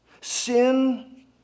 Sin